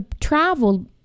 travel